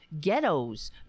ghettos